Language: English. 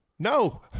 No